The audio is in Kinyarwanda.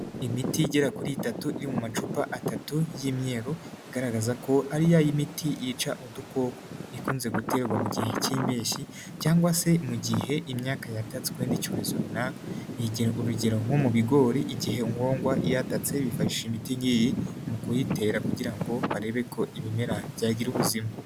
Imiti igera kuri itatu, iri mu macupa atatu y'imyeru. Igaragaza ko ari ya miti yica udukoko. Ikunze guterwa mu gihe k'impeshyi cg se mu gihe imyaka yatatswe n'icyorezo runaka. Urugero nko mu bigori igihe nkongwa yatatse, bifasha imiti nk'iyi mu kuyitera kugira ngo barebe ko ibimera byagira ubuzima.